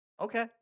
Okay